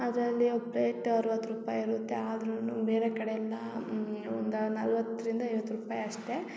ಆದರೆ ಅಲ್ಲಿ ಒಂದು ಪ್ಲೇಟ್ ಅರವತ್ತು ರೂಪಾಯಿ ಇರುತ್ತೆ ಆದರೂನು ಬೇರೆ ಕಡೆ ಎಲ್ಲಾ ಒಂದ ನಲವತ್ತರಿಂದ ಐವತ್ತು ರೂಪಾಯಿ ಅಷ್ಟೇ